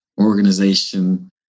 Organization